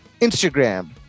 instagram